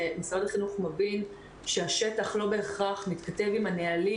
שמשרד החינוך מבין שהשטח לא בהכרח מתכתב עם הנהלים